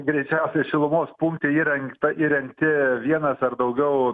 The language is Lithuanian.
greičiausiai šilumos punkte įrengta įrengti vienas ar daugiau